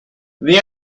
the